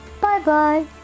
Bye-bye